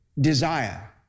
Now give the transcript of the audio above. desire